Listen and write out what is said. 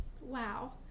Wow